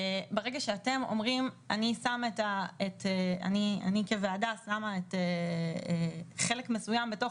ברגע שאתם אומרים: אני כוועדה שמה חלק מסוים בתוך